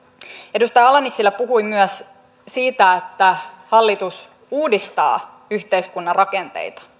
edustaja ala nissilä puhui myös siitä että hallitus uudistaa yhteiskunnan rakenteita